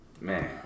man